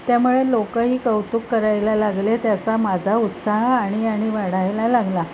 त्यामुळे लोकंही कौतुक करायला लागले त्याचा माझा उत्साह आणि आणि वाढायला लागला